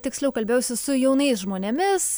tiksliau kalbėjausi su jaunais žmonėmis